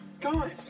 guys